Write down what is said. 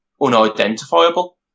unidentifiable